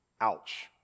Ouch